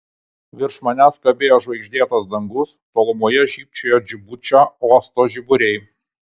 virš manęs kabėjo žvaigždėtas dangus tolumoje žybčiojo džibučio uosto žiburiai